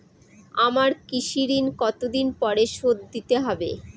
আমার কৃষিঋণ কতদিন পরে শোধ দিতে হবে?